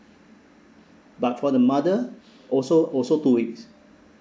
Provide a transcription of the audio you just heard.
but for the mother also also two weeks